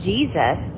Jesus